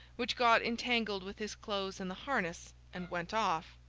which got entangled with his clothes in the harness, and went off.